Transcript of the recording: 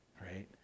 right